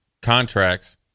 contracts